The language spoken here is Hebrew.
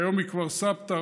שהיום היא כבר סבתא-רבתא,